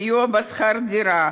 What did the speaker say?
סיוע בשכר דירה,